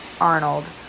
Arnold